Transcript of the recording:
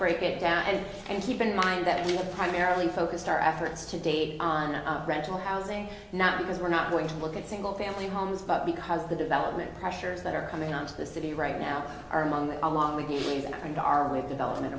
break it down and and keep in mind that we primarily focused our efforts to date on rental housing now because we're not going to look at single family homes but because the development pressures that are coming on to the city right now are among the along with these and our way of development